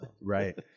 Right